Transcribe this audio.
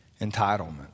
entitlement